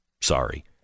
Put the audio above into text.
Sorry